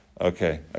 Okay